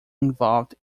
involved